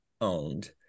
owned